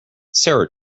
sarah